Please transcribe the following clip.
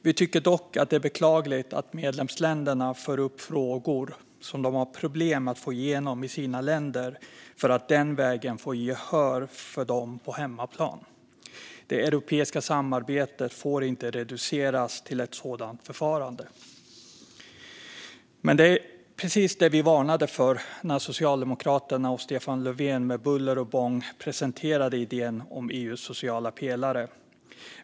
Vi tycker dock att det är beklagligt att medlemsländer för upp frågor som de har problem med att få igenom i sina länder för att den vägen få gehör för dem på hemmaplan. Det europeiska samarbete får inte reduceras till ett sådant förfarande. Men det var precis det som vi varnade för när Socialdemokraterna och Stefan Löfven med buller och bång presenterade idén om EU:s sociala pelare.